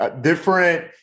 different